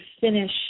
finish